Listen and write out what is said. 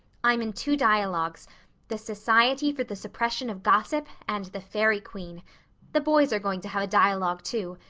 i'm in two dialogues the society for the suppression of gossip and the fairy queen the boys are going to have a dialogue too.